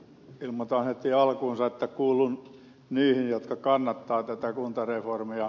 ilmoitan heti alkuunsa että kuulun niihin jotka kannattavat tätä kuntareformia